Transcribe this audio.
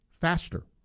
faster